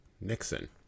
Nixon